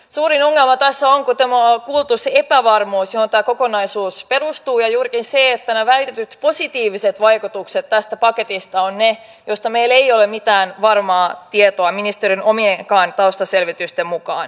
suurin ongelma tässä on kun ollaan kuultu se epävarmuus johon tämä kokonaisuus perustuu juurikin se että nämä väitetyt positiiviset vaikutukset tästä paketista ovat ne joista meillä ei ole mitään varmaa tietoa ministerin omienkaan taustaselvitysten mukaan